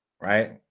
right